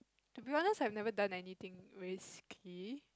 to be honest I've never done anything risky